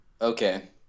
Okay